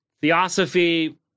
Theosophy